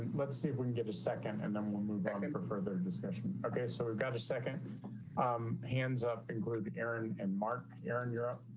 and let's see if we can get a second and then we'll move on and but further discussion. okay, so we've got a second hands up, including aaron and mark aaron europe.